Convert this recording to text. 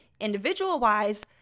Individual-wise